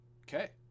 Okay